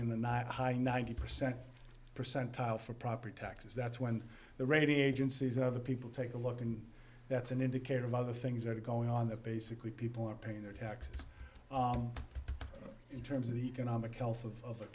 in the not high ninety percent percentile for property taxes that's when the rating agencies and other people take a look and that's an indicator of other things that are going on that basically people are paying their taxes in terms of the economic health of